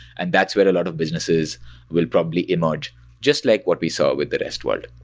and that's where a lot of businesses will probably emerge just like what we saw with the rest world.